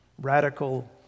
Radical